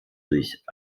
durch